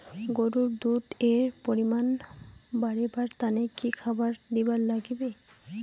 গরুর দুধ এর পরিমাণ বারেবার তানে কি খাবার দিবার লাগবে?